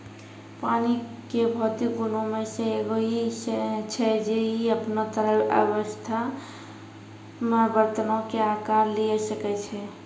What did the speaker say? पानी के भौतिक गुणो मे से एगो इ छै जे इ अपनो तरल अवस्था मे बरतनो के अकार लिये सकै छै